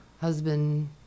husband